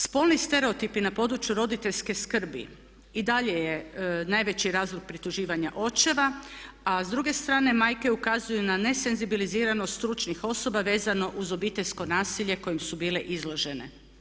Spolni stereotipi na području roditeljske skrbi i dalje je najveći razlog prituživanja očeva a s druge strane majke ukazuju na ne senzibiliziranost stručnih osoba vezano uz obiteljsko nasilje kojem su bile izložene.